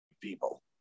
people